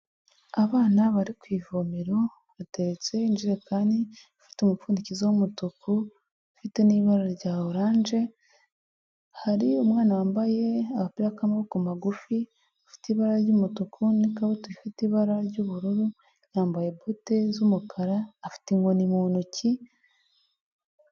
Abana bari ku ivomero bateretse injerekani ifite umupfundikizo w'umutuku, ufite n'ibara rya oranje, hari umwana wambaye agapira k'amaboko magufi, ufite ibara ry'umutuku n'ikabutura ifite ibara ry'ubururu, yambaye bote z'umukara afite inkoni mu ntoki...